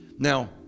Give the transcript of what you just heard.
Now